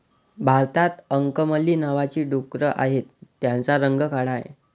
भारतात अंकमली नावाची डुकरं आहेत, त्यांचा रंग काळा आहे